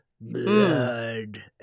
Blood